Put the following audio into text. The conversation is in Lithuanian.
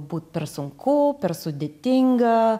būt per sunku per sudėtinga